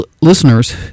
listeners